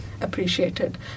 appreciated